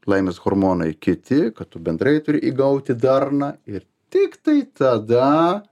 laimės hormonai kiti kad tu bendrai turi įgauti darną ir tiktai tada